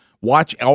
watch